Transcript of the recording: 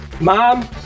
Mom